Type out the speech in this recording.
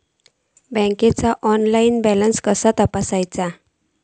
बँकेचो कसो online balance तपासायचो?